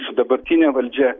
su dabartine valdžia